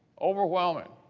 overwhelming.